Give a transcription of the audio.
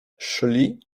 szli